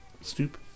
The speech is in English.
stoop